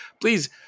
please